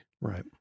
Right